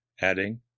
adding